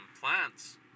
plants